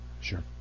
Sure